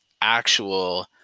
actual